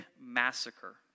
Massacre